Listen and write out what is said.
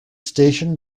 station